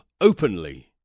openly